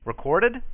Recorded